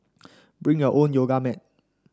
bring your own yoga mat